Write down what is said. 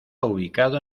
ubicado